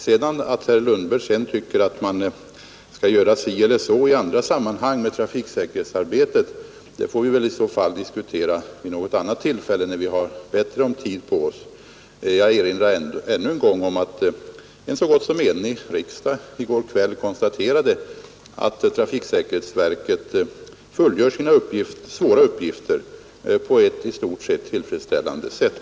Om herr Lundberg sedan tycker att man skall göra si eller så med trafiksäkerhetsarbetet i andra sammanhang, så är väl det en sak som vi får diskutera vid annat tillfälle, när vi har mera tid på oss. Jag erinrar ännu en gång om att en så gott som enig riksdag i går kväll konstaterade att trafiksäkerhetsverket fullgör sina svåra uppgifter på ett i stort sett tillfredsställande sätt.